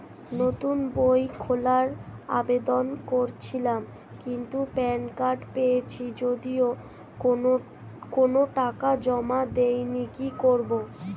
নতুন বই খোলার আবেদন করেছিলাম কিন্তু প্যান কার্ড পেয়েছি যদিও কোনো টাকা জমা দিইনি কি করব?